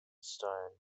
stone